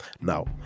Now